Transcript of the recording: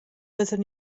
byddwn